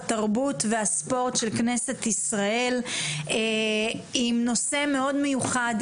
התרבות והספורט של כנסת ישראל עם נושא מאוד מיוחד,